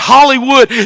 Hollywood